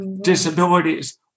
disabilities